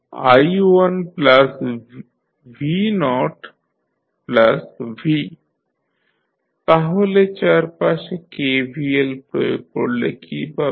vsi1v0v তাহলে চারপাশে KVL প্রয়োগ করলে কী পাবেন